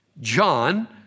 John